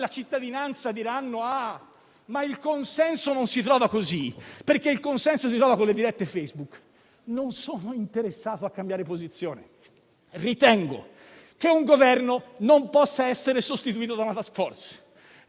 Ritengo che un Governo non possa essere sostituito da una *task force.* Ritengo che un Parlamento non possa essere sostituito da una diretta Facebook. Ritengo che questa sia la battaglia di dignità che il Parlamento deve fare.